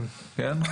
כן.